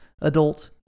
adult